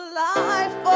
life